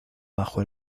bajo